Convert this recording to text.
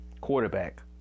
Quarterback